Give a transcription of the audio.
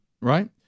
Right